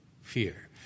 fear